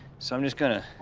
so i'm just gonna.